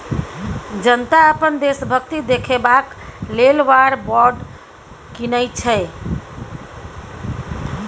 जनता अपन देशभक्ति देखेबाक लेल वॉर बॉड कीनय छै